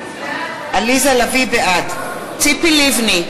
בעד ציפי לבני,